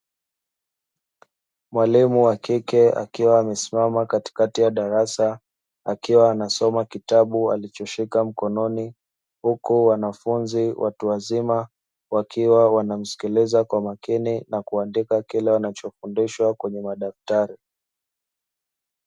Mwalimu wa kike akiwa amesimama katikati ya darasa akiwa anasoma kitabu alichoshika mkononi, huku wanafunzi watu wazima wakiwa wanamsikiliza kwa makini na kuandika kile wanachofundishwa kwenye madaftari.